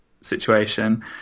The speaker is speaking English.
situation